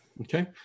Okay